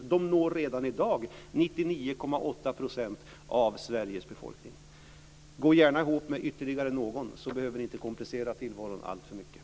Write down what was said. Man når redan i dag 99,8 % av Sveriges befolkning. Gå gärna ihop med ytterligare någon så behöver ni inte komplicera tillvaron alltför mycket.